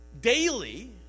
Daily